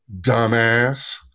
Dumbass